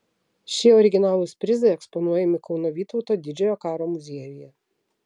šie originalūs prizai eksponuojami kauno vytauto didžiojo karo muziejuje